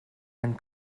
and